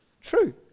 true